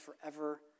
forever